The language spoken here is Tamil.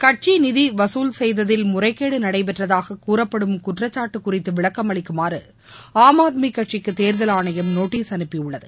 கட்சி நிதி வசூல் செய்ததில் முறைகேடு நடைபெற்றதூக கூறப்படும் குற்றச்சாட்டு குறித்து விளக்கம் அளிக்குமாறு ஆம் ஆத்மி கட்சிக்கு தேர்தல் ஆணையம் நோட்டீஸ் அனுப்பியுள்ளது